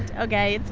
ok. it's